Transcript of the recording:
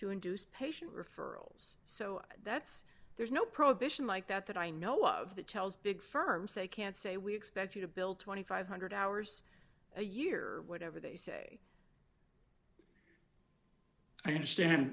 to induce patient referrals so that's there's no prohibition like that that i know of that tells big firms they can say we expect you to build two thousand five hundred hours a year whatever they say i understand